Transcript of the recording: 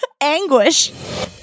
Anguish